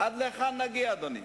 שיקשיבו טוב למה שנאמר פה.